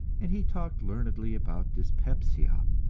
and he talked learnedly about dyspepsia.